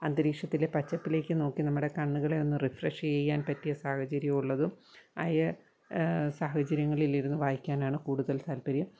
അന്തരീക്ഷത്തിലെ പച്ചപ്പിലേക്ക് നോക്കി നമ്മുടെ കണ്ണുകളെ ഒന്ന് റിഫ്രഷ് ചെയ്യാൻ പറ്റിയ സാഹചര്യം ഉള്ളതും ആയ സാഹചര്യങ്ങളിലിരുന്ന് വായിക്കാനാണ് കൂടുതൽ താല്പര്യം